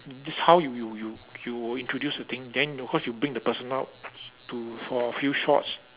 this how you you you you will introduce the thing then you know cause you bring the person out to for a few shots